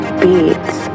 beads